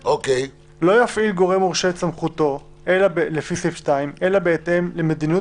לומר: "לא יפעיל גורם מורשה את סמכותו לפי סעיף 2 אלא בהתאם למדיניות